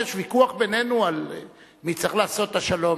יש ויכוח בינינו על מי צריך לעשות את השלום,